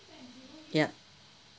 yup